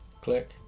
Click